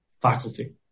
faculty